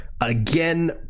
again